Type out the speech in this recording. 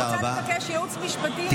אני רוצה לבקש ייעוץ משפטי.